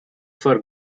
for